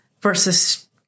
versus